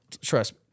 trust